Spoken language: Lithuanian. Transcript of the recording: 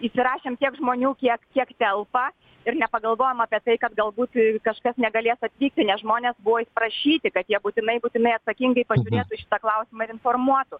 įsirašėm tiek žmonių kiek kiek telpa ir nepagalvojom apie tai kad galbūt kažkas negalės atvykti nes žmonės buvo prašyti kad jie būtinai būtinai atsakingai pažiūrėtų į šitą klausimą ir informuotų